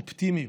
אופטימיות.